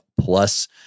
Plus